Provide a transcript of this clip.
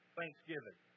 Thanksgiving